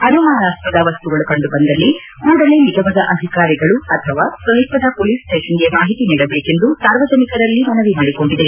ಅನುಮಾನಾಸ್ವದ ವಸ್ತುಗಳ ಕಂಡುಬಂದಲ್ಲಿ ಕೂಡಲೇ ನಿಗಮದ ಅಧಿಕಾರಿಗಳು ಅಥವಾ ಸಮೀಪದ ಪೊಲೀಸ್ ಸ್ವೇಷನ್ಗೆ ಮಾಹಿತಿ ನೀಡಬೇಕೆಂದು ಸಾರ್ವಜನಿಕರಲ್ಲಿ ಮನವಿ ಮಾಡಿಕೊಂಡಿದೆ